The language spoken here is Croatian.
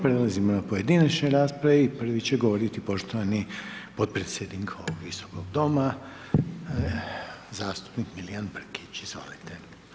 Prelazimo na pojedinačne rasprave i prvi će govoriti poštovani potpredsjednik ovog visokog doma, zastupnik, Milijan Brkić, izvolite.